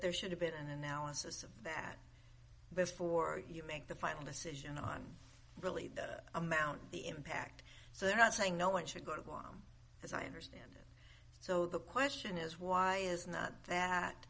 there should have been an analysis of that before you make the final decision on really the amount of the impact so they're not saying no one should go to guam as i understand so the question is why is not that